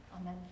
Amen